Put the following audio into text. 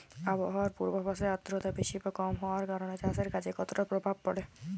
আবহাওয়ার পূর্বাভাসে আর্দ্রতা বেশি বা কম হওয়ার কারণে চাষের কাজে কতটা প্রভাব পড়ে?